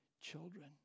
children